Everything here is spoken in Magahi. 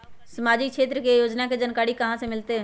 सामाजिक क्षेत्र के योजना के जानकारी कहाँ से मिलतै?